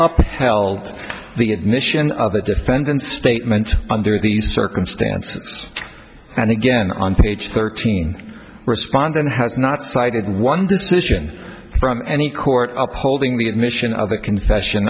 held the admission of the defendant's statement under these circumstances and again on page thirteen responder has not cited one decision from any court upholding the admission of a confession